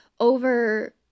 over